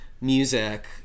music